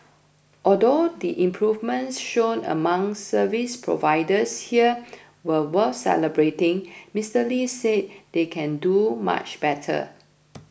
although the improvements shown among service providers here were worth celebrating Mister Lee said they can do much better